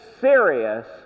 serious